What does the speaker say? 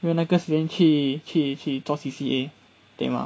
没有那个时间去去去做 C_C_A 对吗